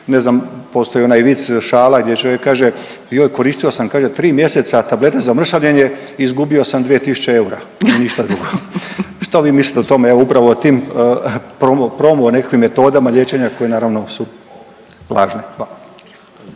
Ne znam postoji onaj vic, šala gdje čovjek kaže joj koristio sam kaže 3 mjeseca tablete za mršavljenje, izgubio sam 2 tisuće eura i ništa drugo. Što vi mislite o tome, evo upravo o tim promo, promo nekakvim metodama liječenja koje naravno su lažne?